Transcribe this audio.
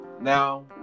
Now